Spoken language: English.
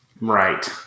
Right